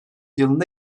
yılında